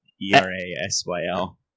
E-R-A-S-Y-L